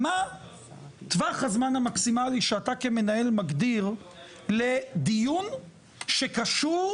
מה טווח הזמן המקסימלי שאתה כמנהל מגדיר לדיון שקשור